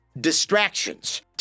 Distractions